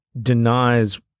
denies